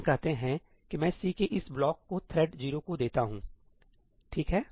हम कहते हैं कि मैं C के इस ब्लॉक को थ्रेड 0 को देता हूंठीक है